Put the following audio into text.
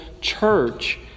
church